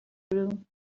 room